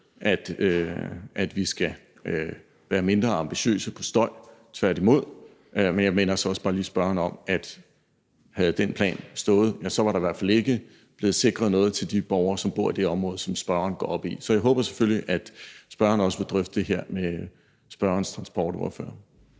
at vi skal være mindre ambitiøse, når det gælder støj, tværtimod. Men jeg minder så også bare lige spørgeren om, at havde den plan stået nu, var der i hvert fald ikke blevet sikret noget for de borgere, der bor i det område, som spørgeren går op i. Så jeg håber selvfølgelig, at spørgeren også vil drøfte det her med Venstres transportordfører.